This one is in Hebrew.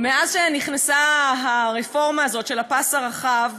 מאז נכנסה הרפורמה הזאת של הפס הרחב,